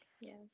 Yes